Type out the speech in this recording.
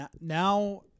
now